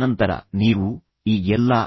ತದನಂತರ ನೀವು ಈ ಎಲ್ಲಾ